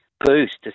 boost